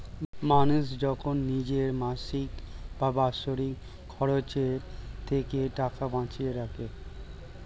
মানুষ যখন নিজের মাসিক বা বাৎসরিক খরচের থেকে টাকা বাঁচিয়ে রাখে